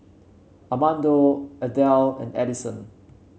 Armando Adell and Addison